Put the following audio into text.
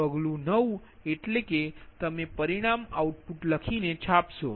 પગલું 9 એટલે કે તમે પરિણામ આઉટપુટ લખીને છાપશો